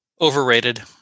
Overrated